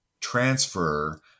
transfer